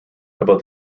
about